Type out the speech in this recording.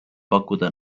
pakkuda